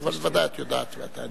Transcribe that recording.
אבל ודאי את יודעת ואת תעני.